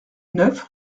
neuf